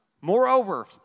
Moreover